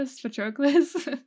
Patroclus